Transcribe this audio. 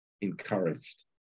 encouraged